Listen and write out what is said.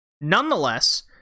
Nonetheless